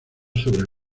sobre